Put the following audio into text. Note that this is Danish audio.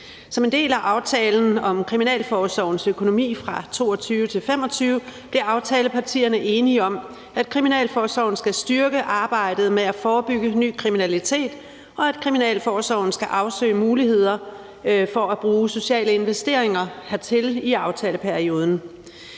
Som en del af »Aftale om kriminalforsorgens økonomi 2022-2025« blev aftalepartierne enige om, at kriminalforsorgen skal styrke arbejdet med at forebygge ny kriminalitet, og at kriminalforsorgen skal afsøge muligheder for at bruge sociale investeringer hertil i aftaleperioden.